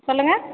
சொல்லுங்கள்